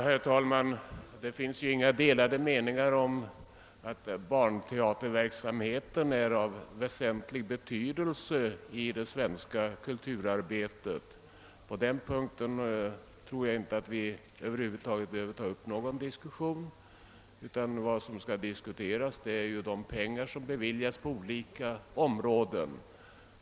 Herr talman! Det råder inga delade meningar om att barnteaterverksamheten är av väsentlig betydelse i det svenska kulturarbetet. På den punkten tror jag inte att vi över huvud taget behöhöver ta upp någon diskussion. Vad som skall diskuteras är de pengar som beviljas till olika områden.